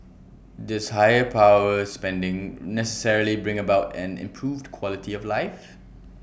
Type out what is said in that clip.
does higher power spending necessarily bring about an improved quality of life